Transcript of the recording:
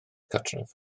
cartref